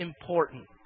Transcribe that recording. important